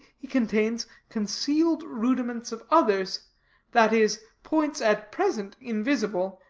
he contains concealed rudiments of others that is, points at present invisible,